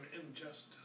injustice